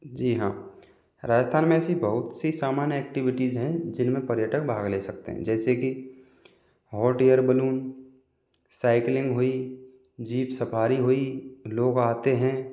जी हाँ राजस्थान में ऐसी बहुत सी सामान्य एक्टिविटीज हैं जिनमें पर्यटक भाग ले सकते हैं जैसे कि हॉट एयर बलून साइकिलिंग हुई जीप सफारी हुई लोग आते हैं